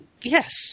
yes